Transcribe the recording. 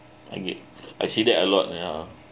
okay I see that a lot ya